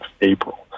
April